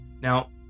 Now